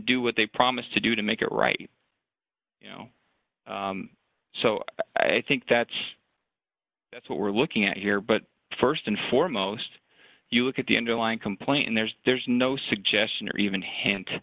do what they promised to do to make it right you know so i think that's that's what we're looking at here but st and foremost you look at the underlying complaint and there's there's no suggestion or even h